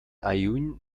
aaiún